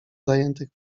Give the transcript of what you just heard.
zajętych